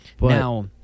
Now